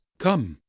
come,